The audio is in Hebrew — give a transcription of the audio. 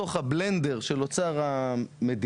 שלא לצורך.